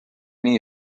nii